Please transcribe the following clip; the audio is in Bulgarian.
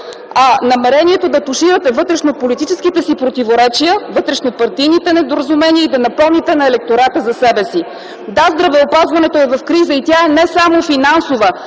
а намерението да туширате вътрешнополитическите си противоречия, вътрешнопартийните недоразумения и да напомните на електората за себе си. Да, здравеопазването е в криза и тя е не само финансова,